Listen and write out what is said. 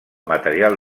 material